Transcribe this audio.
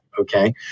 Okay